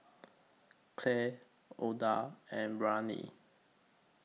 Clark Ouida and Braylen